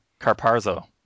Carparzo